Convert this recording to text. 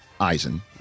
Eisen